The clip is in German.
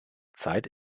zeit